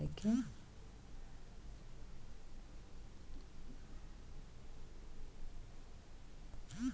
ಪಾಲಕ್ ತಿನ್ನಲರ್ಹವಾದ ಸಸ್ಯ ಸುಮಾರು ಮೂವತ್ತು ಸೆಂಟಿಮೀಟರ್ ಎತ್ತರಕ್ಕೆ ಬೆಳೆಯುವ ಒಂದು ವಾರ್ಷಿಕ ಸಸ್ಯವಾಗಯ್ತೆ